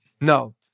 No